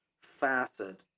facet